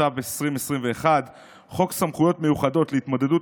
התשפ"ב 2021. חוק סמכויות מיוחדות להתמודדות